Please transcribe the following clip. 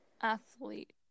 Athlete